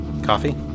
coffee